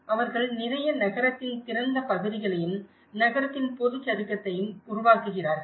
அவர்கள் நிறைய நகரத்தின் திறந்த பகுதிகளையும் நகரத்தின் பொதுச் சதுக்கத்தையும் உருவாக்குகிறார்கள்